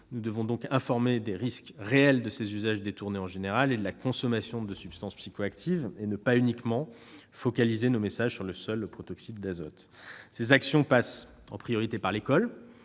Nous devons donc informer sur les risques réels des usages détournés en général et de la consommation de substances psychoactives et ne pas uniquement focaliser nos messages sur le seul protoxyde d'azote. Ces actions passent en priorité par l'école,